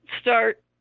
start